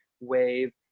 wave